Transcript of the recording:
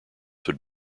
would